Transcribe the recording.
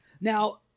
Now